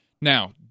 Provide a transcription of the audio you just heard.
Now